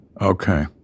Okay